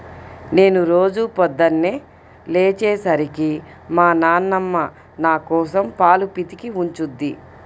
నేను రోజూ పొద్దన్నే లేచే సరికి మా నాన్నమ్మ నాకోసం పాలు పితికి ఉంచుద్ది